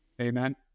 Amen